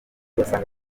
basanga